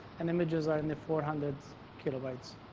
and images are in the four hundred kilobytes.